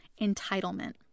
entitlement